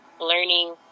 learning